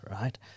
Right